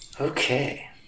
Okay